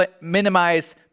minimize